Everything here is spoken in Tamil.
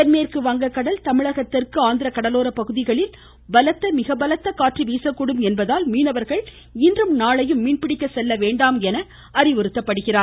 தென்மேற்கு வங்க கடல் தமிழக தெற்கு ஆந்திர கடலோர பகுதிகளில் பலத்த காற்று வீசக்கூடும் என்பதால் மீனவர்கள் இன்றும் நாளையும் மீன்பிடிக்க செல்லவேண்டாம் என அறிவுறுத்தப்படுகிறார்கள்